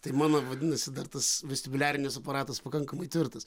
tai mano vadinasi dar tas vestibuliarinis aparatas pakankamai tvirtas